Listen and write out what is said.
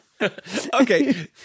Okay